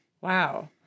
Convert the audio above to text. Wow